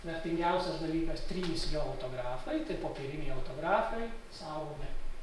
vertingiausias dalykas trys jo autografai tai popieriniai autografai saugomi